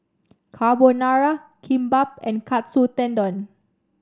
Carbonara Kimbap and Katsu Tendon